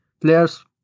players